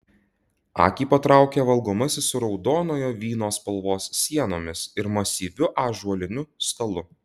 akį patraukė valgomasis su raudonojo vyno spalvos sienomis ir masyviu ąžuoliniu stalu